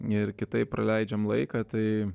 ir kitaip praleidžiam laiką tai